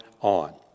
on